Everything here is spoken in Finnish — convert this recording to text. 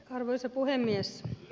arvoisa puhemies